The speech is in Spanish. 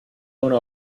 una